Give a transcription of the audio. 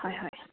হয় হয়